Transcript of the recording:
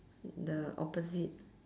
the opposite